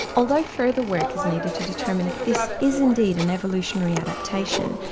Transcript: although further work is needed to determine if this is indeed an evolutionary adaptation,